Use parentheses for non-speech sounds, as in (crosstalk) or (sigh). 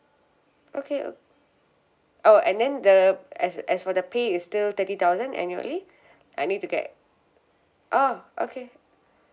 okay o~ oh and then the as uh as for the pay is still thirty thousand annually (breath) I need to get oh okay